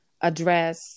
address